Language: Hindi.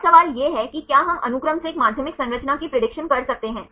अब सवाल यह है कि क्या हम अनुक्रम से एक माध्यमिक संरचना की प्रेडिक्शन कर सकते हैं